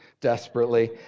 desperately